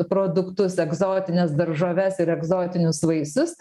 produktus egzotines daržoves ir egzotinius vaisius